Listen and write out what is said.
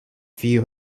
view